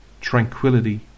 tranquility